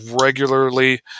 regularly